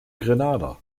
grenada